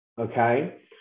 okay